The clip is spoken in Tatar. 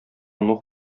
нух